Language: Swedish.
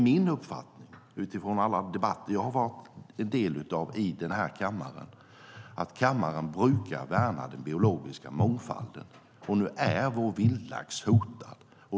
Min uppfattning utifrån alla debatter som jag har varit en del av i denna kammare är att kammaren brukar värna den biologiska mångfalden. Nu är vår vildlax hotad.